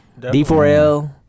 D4L